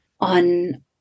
on